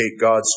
God's